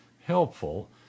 helpful